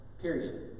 Period